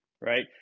right